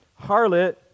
harlot